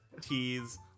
tease